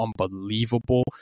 unbelievable